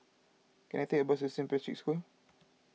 can I take a bus to Saint Patrick's School